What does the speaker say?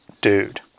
dude